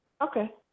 Okay